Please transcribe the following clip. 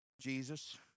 Jesus